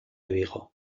vigo